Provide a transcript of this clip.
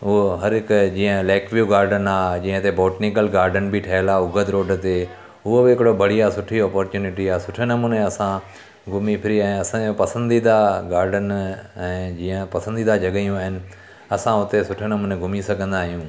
उहो हर हिकु जीअं लैकव्यू गार्डन आहे जीअं हिते बोटनिकल गार्डन बि ठहियल आहे उघत रोड ते उहो बि हिकिड़ो बढ़िया सुठी अपॉर्चुनिटी आहे सुठे नमूने असां घुमी फिरी ऐं असांजो पसंदीदा गार्डन ऐं जीअं पसंदीदा जॻहियूं आहिनि असां हुते सुठे नमूने घुमी सघंदा आहियूं